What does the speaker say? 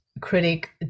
critic